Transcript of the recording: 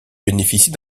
bénéficie